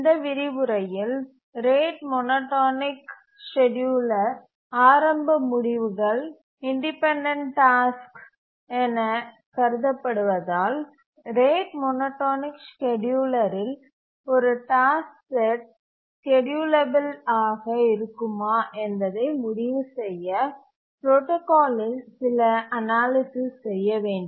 இந்த விரிவுரையில் rate monotonic ஸ்கேட்யூலரின் ஆரம்ப முடிவுகள் இன்டிபென்டன்ட் டாஸ்க் என கருதப்படுவதால் ரேட் மோனோடோனிக் ஸ்கேட்யூலரில் ஒரு டாஸ்க் செட் ஸ்கேட்யூலபில் ஆக இருக்குமா என்பதை முடிவு செய்ய புரோடாகாலில் சில அனாலிசிஸ் செய்ய வேண்டும்